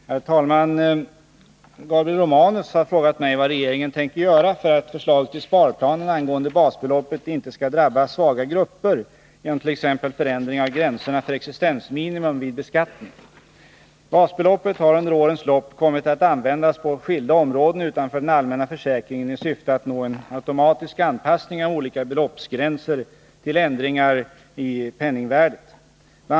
Herr talman! Gabriel Romanus har frågat mig vad regeringen tänker göra för att förslaget i sparplanen angående basbeloppet inte skall drabba svaga grupper genom t.ex. förändring av gränserna för existensminimum vid beskattning. Basbeloppet har under årens lopp kommit att användas på skilda områden utanför den allmänna försäkringen i syfte att nå en automatisk anpassning av olika beloppsgränser till ändringar i penningvärdet. Bl.